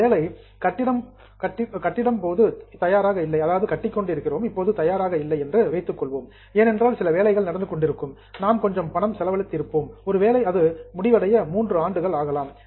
ஒருவேளை பில்டிங் கட்டிடம் இப்போது தயாராக இல்லை என்று வைத்துக் கொள்ளுங்கள் ஏனென்றால் சில வேலைகள் நடந்து கொண்டிருக்கின்றன நாம் கொஞ்சம் பணம் செலவழிப்போம் ஒருவேளை அது முடிவடைய 3 ஆண்டுகள் ஆகலாம்